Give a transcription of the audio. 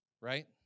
right